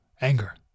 anger